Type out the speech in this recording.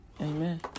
Amen